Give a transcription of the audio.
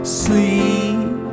sleep